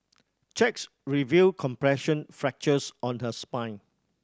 checks revealed compression fractures on her spine